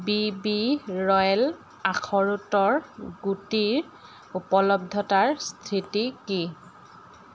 বিবি ৰ'য়েল আখৰোটৰ গুটিৰ উপলব্ধতাৰ স্থিতি কি